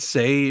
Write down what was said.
Say